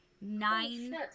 Nine